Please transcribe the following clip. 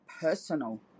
personal